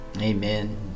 Amen